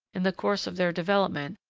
in the course of their development,